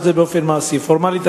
שהיה לפני שנתיים ולפני שלוש,